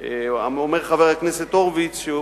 אומר חבר הכנסת הורוביץ שהוא